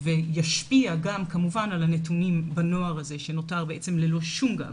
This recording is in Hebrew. וישפיע גם כמובן על הנתונים בנוער הזה שנותר ללא כל גב,